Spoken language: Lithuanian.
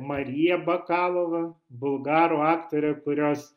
mariją bakalovą bulgarų aktorę kurios